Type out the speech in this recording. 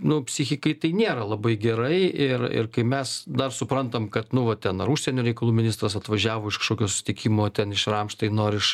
nu psichikai tai nėra labai gerai ir ir kai mes na suprantam kad nu vat ten ar užsienio reikalų ministras atvažiavo iš kažkokio susitikimo ten iš ramštaino ar iš